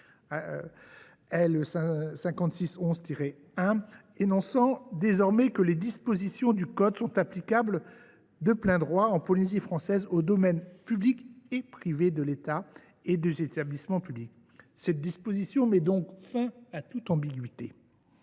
code énonce désormais que les dispositions du code « sont applicables de plein droit en Polynésie française au domaine public et privé de l’État et de ses établissements publics ». Cette modification met fin à toute ambiguïté.